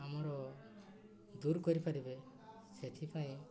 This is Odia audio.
ଆମର ଦୂର୍ କରିପାରିବେ ସେଥିପାଇଁ